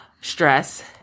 stress